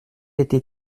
été